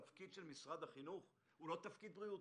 התפקיד של משרד החינוך הוא לא תפקיד בריאותי.